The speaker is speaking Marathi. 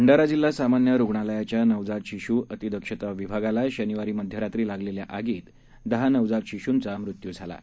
भंडारा जिल्हा सामान्य रुग्णालयाच्या नवजात शिशू अतिदक्षता विभागाला शनिवारी मध्यरात्री लागलेल्या आगीत दहा नवजात शिशूंचा मृत्यू झाला आहे